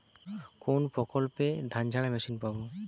কোনপ্রকল্পে ধানঝাড়া মেশিন পাব?